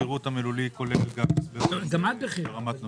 הפירוט המילולי כולל גם הסבר ברמת נושא.